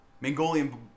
Mongolian